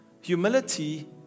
humility